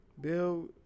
Bill